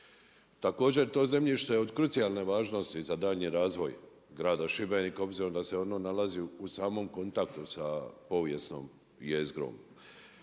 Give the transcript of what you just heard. Također je to zemljište od krucijalne važnosti za daljnji razvoj grada Šibenika obzirom da se ono nalazi u samom kontaktu sa povijesnom jezgrom.